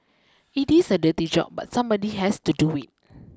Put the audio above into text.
it is a dirty job but somebody has to do it